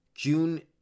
June